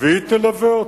ותלווה אותו.